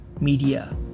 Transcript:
media